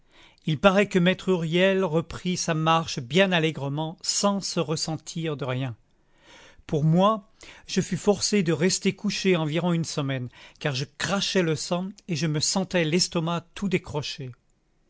il paraît que maître huriel reprit sa marche bien allègrement sans se ressentir de rien pour moi je fus forcé de rester couché environ une semaine car je crachais le sang et je me sentais l'estomac tout décroché